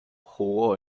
jugó